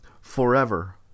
forever